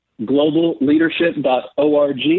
Globalleadership.org